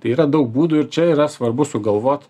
tai yra daug būdų ir čia yra svarbu sugalvot